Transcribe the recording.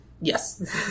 Yes